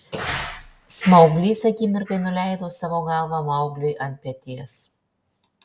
smauglys akimirkai nuleido savo galvą maugliui ant peties